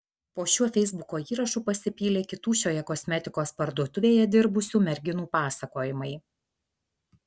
po šiuo feisbuko įrašu pasipylė kitų šioje kosmetikos parduotuvėje dirbusių merginų pasakojimai